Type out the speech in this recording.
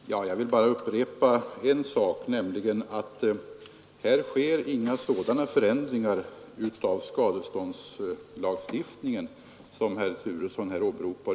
Herr talman! Jag vill bara upprepa en sak, nämligen att här sker inga sådana förändringar av skadeståndslagstiftningen som herr Turesson åberopar.